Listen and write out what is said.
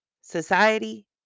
Society